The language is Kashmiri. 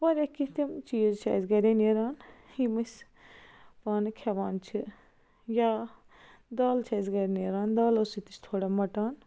وارِیاہ کیٚنٛہہ تِم چیٖز چھِ اَسہِ گَرے نیران یِم أسۍ پانہٕ کھیٚوان چھِ یا دال چھِ اَسہِ گَرِ نیران دالو سۭتۍ تہِ چھُ تھوڑا مۄٹان